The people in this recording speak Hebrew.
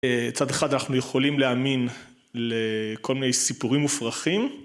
צד אחד אנחנו יכולים להאמין לכל מיני סיפורים מופרכים